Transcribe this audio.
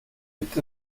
gibt